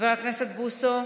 חבר הכנסת בוסו,